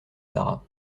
sara